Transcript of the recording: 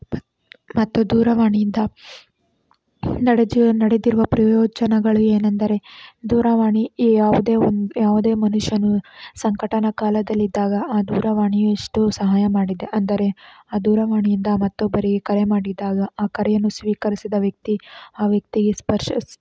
ಮತ್ತು ಮತ್ತು ದೂರವಾಣಿಯಿಂದ ನಡೆಜೀವ ನಡೆದಿರುವ ಪ್ರಯೋಜನಗಳು ಏನಂದರೆ ದೂರವಾಣಿ ಯಾವುದೇ ಒನ್ ಯಾವುದೇ ಮನುಷ್ಯನು ಸಂಕಟದ ಕಾಲದಲ್ಲಿದ್ದಾಗ ಆ ದೂರವಾಣಿಯು ಎಷ್ಟೋ ಸಹಾಯ ಮಾಡಿದೆ ಅಂದರೆ ಆ ದೂರವಾಣಿಯಿಂದ ಮತ್ತೊಬ್ಬರಿಗೆ ಕರೆ ಮಾಡಿದಾಗ ಆ ಕರೆಯನ್ನು ಸ್ವೀಕರಿಸಿದ ವ್ಯಕ್ತಿ ಆ ವ್ಯಕ್ತಿಗೆ ಸ್ಪರ್ಶ